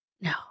No